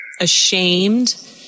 ashamed